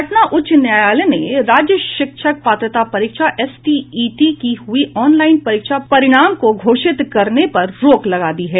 पटना उच्च न्यायालय ने राज्य शिक्षक पात्रता परीक्षा एसटीईटी की हुई ऑनलाइन परीक्षा परिणाम को घोषित करने पर रोक लगा दिया है